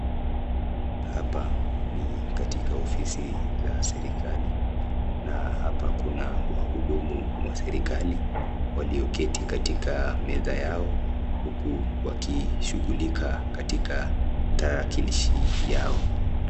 Hapa ni katika ofisi za serikali na hapa kuna wahudumu wa serikali walioketi katika meza yao huku wakishughulika katika tarakilishi yao.